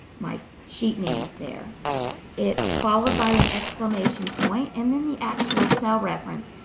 my sheet names. there it's followed by an exclamation point and then the actual cell reference.